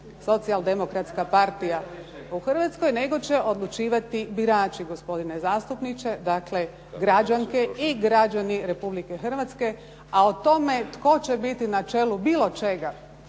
socijal-demokratska partija u Hrvatskoj, nego će odlučivati birači, gospodine zastupniče, dakle, građanke i građani Republike Hrvatske. A o tome tko će biti na čelu bilo čega,